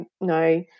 no